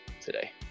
today